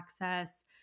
access